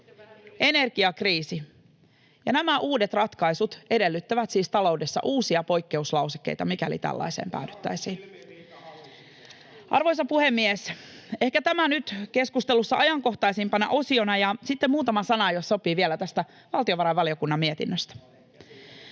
energiakriisi ja nämä uudet ratkaisut edellyttävät siis taloudessa uusia poikkeuslausekkeita, mikäli tällaiseen päädyttäisiin. [Ben Zyskowicz: Taas ilmiriita hallituksessa!] Arvoisa puhemies! Ehkä tämä nyt keskustelussa ajankohtaisimpana osiona, ja sitten muutama sana, jos sopii, vielä tästä valtiovarainvaliokunnan mietinnöstä.